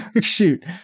Shoot